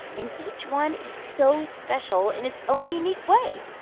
and each one is so special in its own unique way.